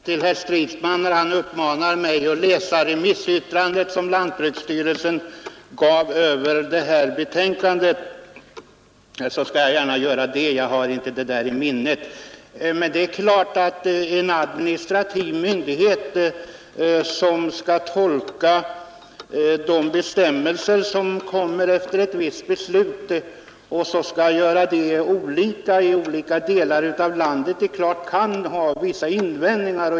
Herr talman! Får jag bara säga till herr Stridsman, som uppmanade mig att läsa lantbruksstyrelsens remissyttrande över det aktuella betänkandet, att jag gärna skall göra det. Vad som där står har jag inte nu i mitt minne. Självfallet kan dock en administrativ myndighet ha vissa invändningar mot att man i olika delar av landet har olika bestämmelser.